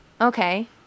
Okay